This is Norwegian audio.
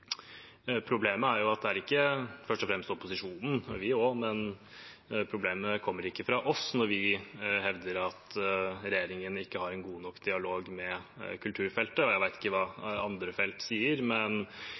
det er oss også – det kommer fra når vi hevder at regjeringen ikke har en god dialog med kulturfeltet. Jeg vet ikke hva